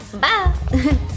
Bye